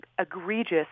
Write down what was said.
egregious